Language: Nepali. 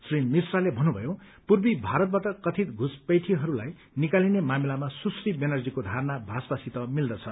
श्री मिश्राले भन्नुभयो पूर्वी भारतबाट कथित घुसपैंठीहरूलाई निकालिने मामिलामा सुश्री ब्यानर्जीको धारणा भाजपासित रहेको छ